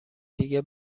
دیگه